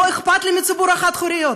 לא אכפת לי מציבור החד-הוריות,